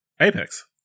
Apex